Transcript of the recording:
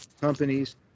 companies